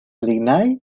lignaj